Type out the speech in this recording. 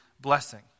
blessing